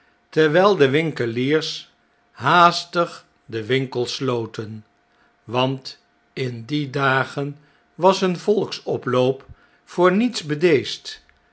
terwjjl de winkeliers haastig de winkels sloten want in die dagen was een volksoploop voor niets